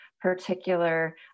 particular